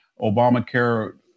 Obamacare